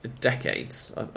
Decades